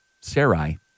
Sarai